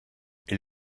est